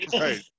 Right